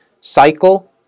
cycle